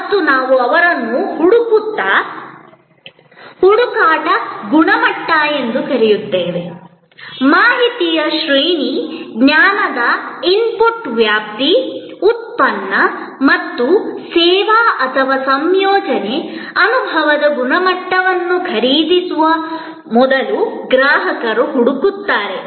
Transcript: ಮತ್ತು ನಾವು ಅವರನ್ನು ಹುಡುಕಾಟ ಗುಣಮಟ್ಟ ಎಂದು ಕರೆದಿದ್ದೇವೆ ಮಾಹಿತಿಯ ಶ್ರೇಣಿ ಜ್ಞಾನದ ಇನ್ಪುಟ್ನ ವ್ಯಾಪ್ತಿ ಉತ್ಪನ್ನ ಅಥವಾ ಸೇವೆ ಅಥವಾ ಸಂಯೋಜನೆ ಅನುಭವದ ಗುಣಮಟ್ಟವನ್ನು ಖರೀದಿಸುವ ಮೊದಲು ಗ್ರಾಹಕರು ಹುಡುಕುತ್ತಾರೆ